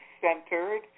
centered